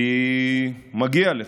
כי מגיע לך,